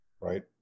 Right